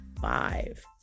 five